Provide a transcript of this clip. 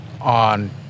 on